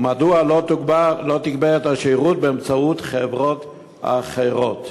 ומדוע לא תגבר את השירות באמצעות חברות אחרות?